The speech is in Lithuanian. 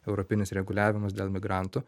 europinis reguliavimas dėl migrantų